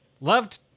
loved